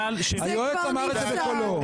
היועץ אמר את זה בקולו.